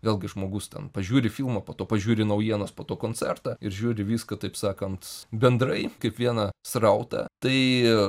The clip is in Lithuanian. vėlgi žmogus ten pažiūri filmą po to pažiūri naujienas po to koncertą ir žiūri viską taip sakant bendrai kaip vieną srautą tai